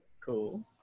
Cool